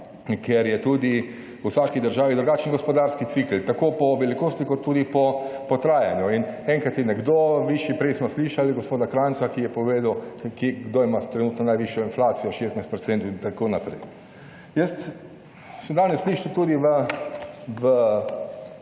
ker je tudi v vsaki državi drugačen gospodarski cikel, tako po velikosti kot tudi po trajanju. In enkrat je nekdo višji, prej smo slišali gospoda Kranjca, ki je povedal kje, kdo ima trenutno najvišjo inflacijo16 % in tako naprej. Jaz sem danes slišal tudi v